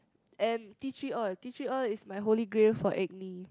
and tea tree oil tea tree oil is my holy grail for acne